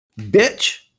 Bitch